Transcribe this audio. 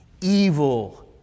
evil